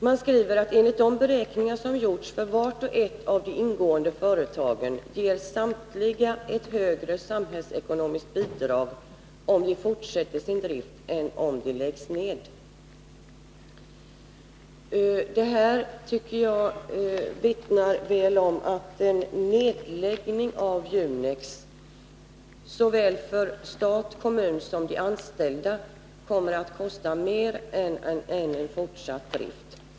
Man skriver att enligt de beräkningar som gjorts för vart och ett av de ingående företagen ger samtliga ett högre samhällsekonomiskt bidrag om de fortsätter sin drift än om de läggs ned. Detta vittnar väl om att en nedläggning av Junex såväl för stat och kommun som för de anställda kommer att kosta mer än en fortsatt drift.